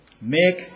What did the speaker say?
Make